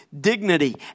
dignity